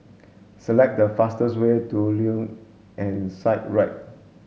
select the fastest way to Luge and Skyride